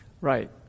Right